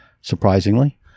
surprisingly